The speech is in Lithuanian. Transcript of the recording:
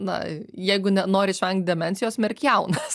na jeigu ne nori isvengt demencijos mirk jaunas